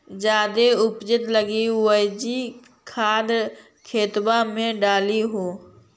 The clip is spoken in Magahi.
जायदे उपजाबे लगी जैवीक खाद खेतबा मे डाल हो?